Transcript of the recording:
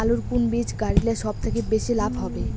আলুর কুন বীজ গারিলে সব থাকি বেশি লাভ হবে?